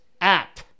app